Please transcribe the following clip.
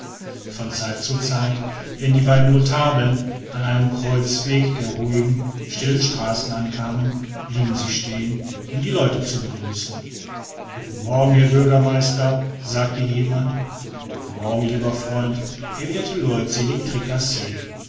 von zeit zu zeit wenn die beiden notabeln an einem kreuzweg der ruhigen stillen straßen ankamen blieben sie stehen um die leute zu begrüßen guten morgen herr bürgermeister sagte hier jemand guten morgen lieber freund erwiderte leutselig